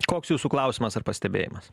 koks jūsų klausimas ar pastebėjimas